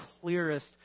clearest